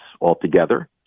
altogether